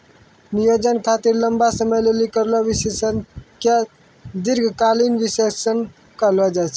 नियोजन खातिर लंबा समय लेली करलो विश्लेषण के दीर्घकालीन विष्लेषण कहलो जाय छै